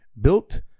built